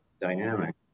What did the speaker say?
dynamic